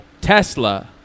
Tesla